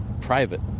Private